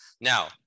now